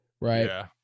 right